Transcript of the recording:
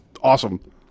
awesome